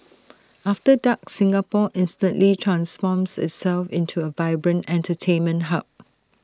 after dark Singapore instantly transforms itself into A vibrant entertainment hub